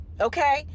okay